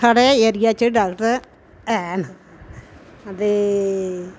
साढ़े एरिया च डॉक्टर हैन ते